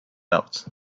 out